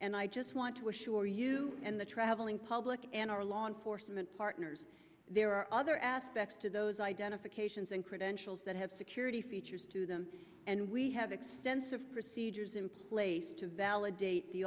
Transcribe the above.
and i just want to assure you and the traveling public and our law enforcement partners there are other aspects to those identifications and credentials that have security features to them and we have extensive procedures in place to validate the